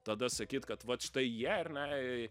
tada sakyt kad vat štai jie ar ne